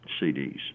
CDs